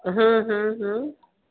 हम्म हम्म हम्म